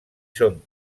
són